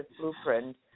blueprint